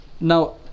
now